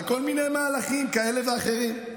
על כל מיני מהלכים כאלה ואחרים.